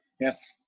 Yes